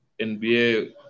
NBA